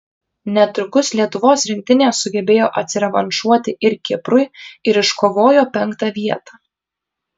netrukus lietuvos rinktinė sugebėjo atsirevanšuoti ir kiprui ir iškovojo penktą vietą